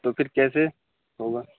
تو پھر کیسے ہوگا